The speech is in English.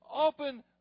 Open